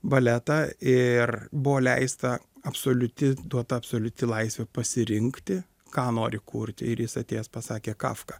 baletą ir buvo leista absoliuti duota absoliuti laisvė pasirinkti ką nori kurti ir jis atėjęs pasakė kafka